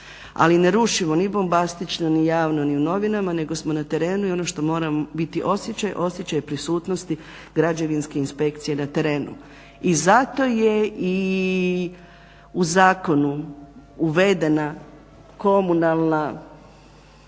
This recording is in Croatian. Ali ne rušimo ni bombastično, ni javno, ni u novinama nego smo na terenu i ono što mora biti osjećaj, osjećaj prisutnosti građevinske inspekcije na terenu. I zato je i u zakonu uvedena komunalna,